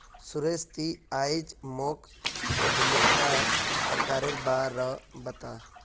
सुरेश ती आइज मोक उद्यमितार प्रकारेर बा र बता